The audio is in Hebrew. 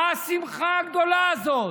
מה השמחה הגדולה הזאת?